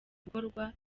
gukorwa